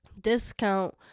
discount